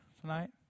tonight